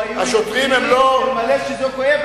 השוטרים לא היו יוצאים אלמלא זרקו אבן